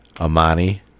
Amani